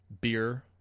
beer